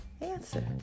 answer